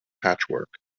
patchwork